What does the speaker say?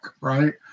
right